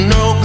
no